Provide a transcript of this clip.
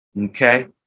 okay